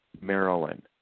Maryland